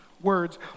words